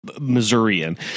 Missourian